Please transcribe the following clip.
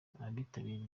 abitabiriye